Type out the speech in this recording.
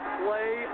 play